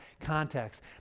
context